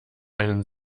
einen